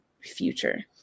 future